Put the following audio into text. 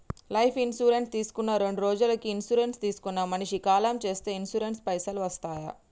Life insurance తీసుకున్న రెండ్రోజులకి insurance తీసుకున్న మనిషి కాలం చేస్తే ఇన్సూరెన్స్ పైసల్ వస్తయా?